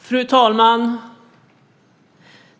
Fru talman!